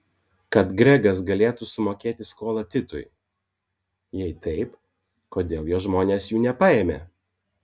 kad gregas galėtų sumokėti skolą titui jei taip kodėl jo žmonės jų nepaėmė